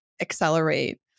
Accelerate